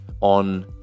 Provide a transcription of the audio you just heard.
on